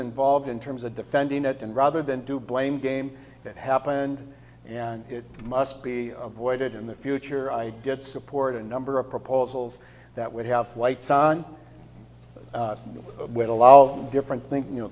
involved in terms of defending it and rather than do blame game that happened and it must be avoided in the future i did support a number of proposals that would have lights on with a lot of different things you know